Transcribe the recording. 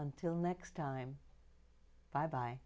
until next time bye bye